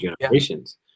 generations